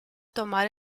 tomar